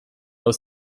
aus